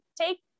take